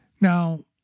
Now